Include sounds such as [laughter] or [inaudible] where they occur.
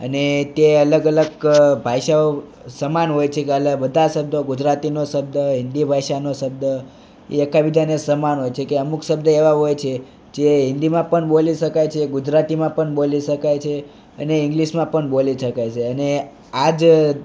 અને તે અલગ અલગ ભાષાઓ સમાન હોય છે [unintelligible] બધા શબ્દો ગુજરાતીનો શબ્દ હિન્દી ભાષાનો શબ્દ એકબીજાને સમાન હોય છે ત્યાં અમુક શબ્દ છે જે હિન્દીમાં પણ બોલી શકાય છે ગુજરાતીમાં પણ બોલી શકાય છે અને ઇંગ્લિશમાં પણ બોલી શકાય છે અને આ જ